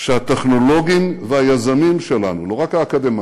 שהטכנולוגים והיזמים שלנו, לא רק האקדמאים,